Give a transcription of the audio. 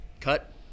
Cut